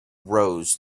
rows